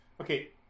Okay